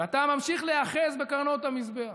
ואתה ממשיך להיאחז בקרנות המזבח.